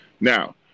Now